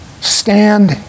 stand